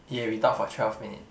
yeah we talk for twelve minute